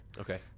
Okay